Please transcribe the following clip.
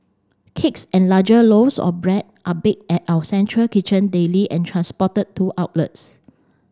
cakes and larger loaves of bread are baked at our central kitchen daily and transported to outlets